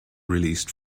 released